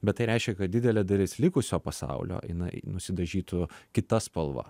bet tai reiškia kad didelė dalis likusio pasaulio jinai nusidažytų kita spalva